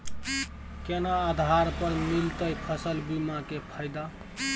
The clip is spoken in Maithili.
केना आधार पर मिलतै फसल बीमा के फैदा?